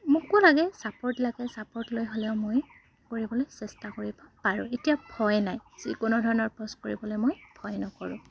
মোকো লাগে চাপৰ্ট লাগে চাপৰ্ট লৈ হ'লেও মই কৰিবলৈ চেষ্টা কৰিব পাৰোঁ এতিয়া ভয় নাই যিকোনো ধৰণৰ পোচ কৰিবলৈ মই ভয় নকৰোঁ